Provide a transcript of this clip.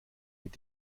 mit